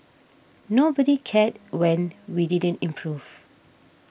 nobody cared when we didn't improve